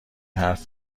حرف